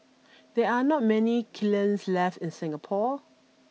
there are not many kilns left in Singapore